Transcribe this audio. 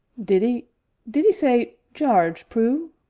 did ee did ee say jarge, prue?